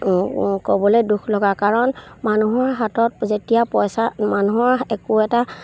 ক'বলৈ দুখ লগা কাৰণ মানুহৰ হাতত যেতিয়া পইচা মানুহৰ একো এটা